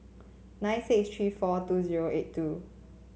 nine six three four two zero eight two